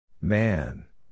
Man